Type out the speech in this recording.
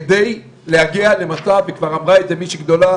כדי להגיע למצב וכבר אמרה את זה מישהי גדולה